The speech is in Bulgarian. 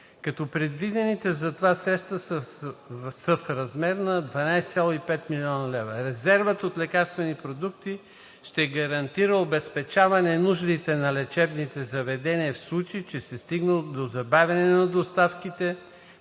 като предвидените за това средства са в размер на 12,5 млн. лв. Резервът от лекарствени продукти ще гарантира обезпечаване нуждите на лечебните заведения, в случай че се стигне до забавяне на доставките